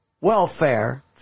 welfare